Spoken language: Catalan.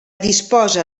disposa